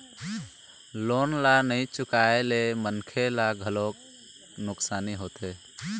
loan ल नइ चुकाए ले मनखे ल घलोक नुकसानी होथे